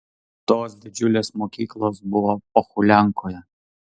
tos didžiulės mokyklos buvo pohuliankoje